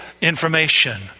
information